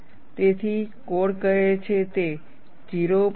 તેથી કોડ કહે છે તે 0